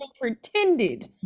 pretended